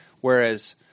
Whereas